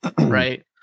right